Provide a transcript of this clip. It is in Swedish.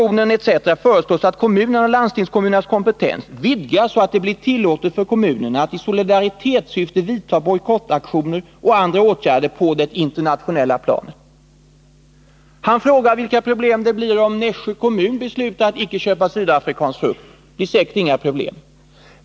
Vad står det, herr talman, i reservationen? Jo, där står: Hilding Johansson frågar vilka problem det blir, om Nässjö kommun beslutar att icke köpa sydafrikansk frukt. Det blir säkert inga problem.